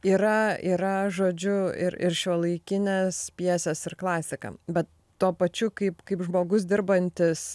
yra yra žodžiu ir ir šiuolaikinės pjesės ir klasiką bet tuo pačiu kaip kaip žmogus dirbantis